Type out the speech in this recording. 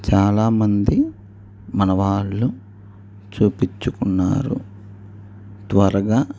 చాలామంది మన వాళ్ళు చూపించుకున్నారు త్వరగా